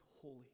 holy